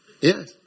Yes